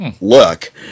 look